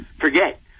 forget